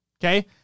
Okay